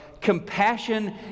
compassion